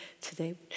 today